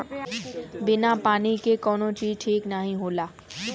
बिना पानी के कउनो चीज ठीक नाही होला